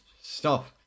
Stop